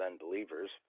unbelievers